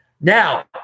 Now